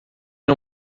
não